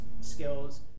skills